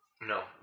no